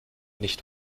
nicht